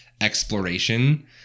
exploration